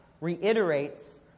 reiterates